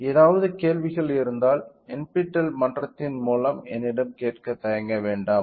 எதாவது கேள்விகள் இருந்தால் NPTEL மன்றத்தின் மூலம் என்னிடம் கேட்க தயங்க வேண்டாம்